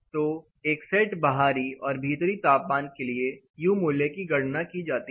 तो एक सेट बाहरी और भीतरी तापमान के लिए यू मूल्य की गणना की जाती है